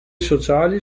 sociali